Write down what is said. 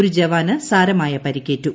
ഒരു ജവാന് സാരമായ പരിക്കേറ്റു